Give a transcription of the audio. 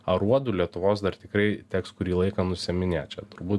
aruodų lietuvos dar tikrai teks kurį laiką nusiiminėt čia turbūt